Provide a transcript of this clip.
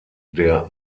der